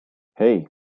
hey